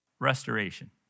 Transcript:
Restoration